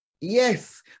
Yes